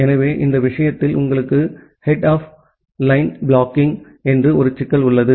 எனவே இந்த விஷயத்தில் உங்களுக்கு ஹெட் ஆஃப் லைன் ப்ளாக்கிங் என்று ஒரு சிக்கல் உள்ளது